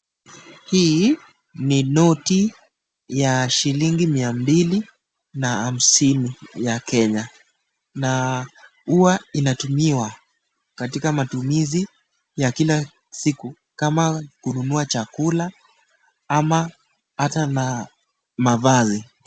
Hii ni noti ya shilingi mia mbili na hamsini ya kenya na huwa inatumiwa katika matumizi ya kila siku kama kununua chakula ama hata na mavazi.